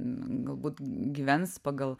galbūt gyvens pagal